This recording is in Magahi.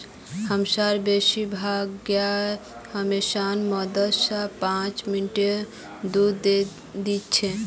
हमसार बेसी भाग गाय मशीनेर मदद स पांच मिनटत दूध दे दी छेक